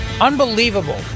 unbelievable